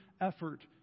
effort